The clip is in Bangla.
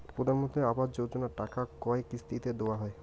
প্রধানমন্ত্রী আবাস যোজনার টাকা কয় কিস্তিতে দেওয়া হয়?